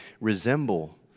resemble